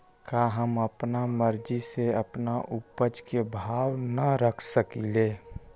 का हम अपना मर्जी से अपना उपज के भाव न रख सकींले?